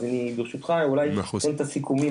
אז אני ברשותך אתן את הסיכומים